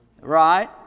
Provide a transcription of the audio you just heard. right